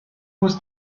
was